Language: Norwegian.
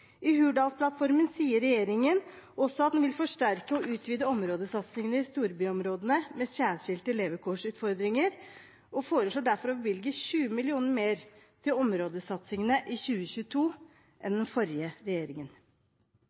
I Hurdalsplattformen sier regjeringen at den vil forsterke og utvide områdesatsingen i storbyområdene med særskilte levekårsutfordringer, og foreslår derfor å bevilge 20 mill. kr mer til områdesatsingene i 2022 enn det den forrige regjeringen